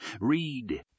Read